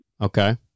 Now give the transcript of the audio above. Okay